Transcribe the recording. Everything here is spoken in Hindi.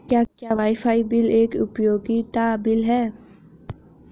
क्या वाईफाई बिल एक उपयोगिता बिल है?